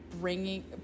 bringing